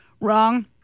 wrong